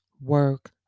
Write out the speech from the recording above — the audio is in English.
work